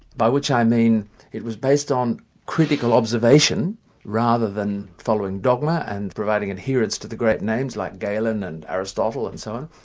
by which i mean it was based on critical observation rather than following dogma and providing adherence to the great names like galen and aristotle and so